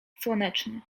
słoneczny